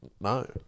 No